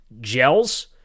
gels